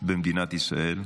במדינת ישראל,